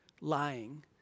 lying